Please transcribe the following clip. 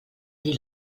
dir